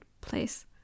place